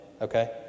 Okay